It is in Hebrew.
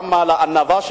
גם על הענווה שבהם.